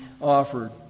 offered